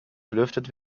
belüftet